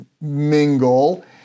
mingle